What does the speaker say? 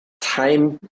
time